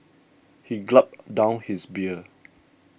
he gulped down his beer